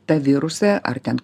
tą virusą ar ten